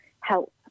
help